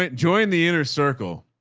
um join the inner circle.